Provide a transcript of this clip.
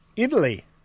Italy